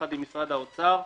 יחד עם משרד האוצר,